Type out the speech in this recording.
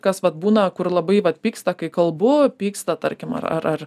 kas vat būna kur labai vat pyksta kai kalbu pyksta tarkim ar ar ar